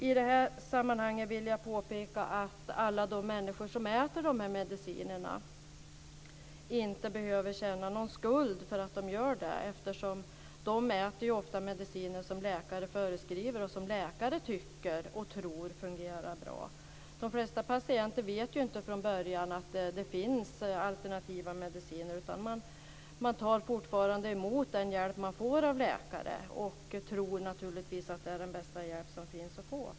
I detta sammanhang vill jag påpeka att alla de människor som äter dessa mediciner inte behöver känna någon skuld för att de gör det, eftersom de ofta äter mediciner som läkare föreskriver och som läkare tycker och tror fungerar bra. De flesta patienter vet ju inte från början att det finns alternativa mediciner, utan de tar emot den hjälp som de får av läkarna och tror naturligtvis att det är den bästa hjälp som finns att få.